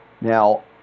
Now